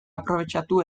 aprobetxatu